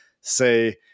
say